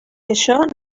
això